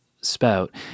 spout